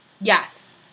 Yes